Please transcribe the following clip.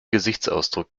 gesichtsausdruck